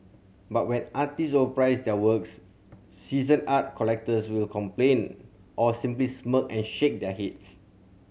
but when artist overprice their works seasoned art collectors will complain or simply smirk and shake their heads